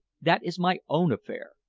that is my own affair.